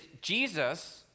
Jesus